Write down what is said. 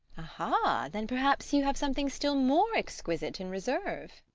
aha, then perhaps you have something still more exquisite in reserve!